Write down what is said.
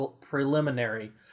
preliminary